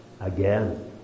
again